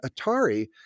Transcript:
Atari